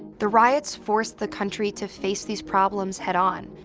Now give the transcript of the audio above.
the riots forced the country to face these problems head on,